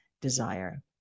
desire